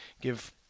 give